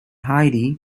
hyde